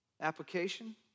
Application